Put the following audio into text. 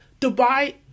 Dubai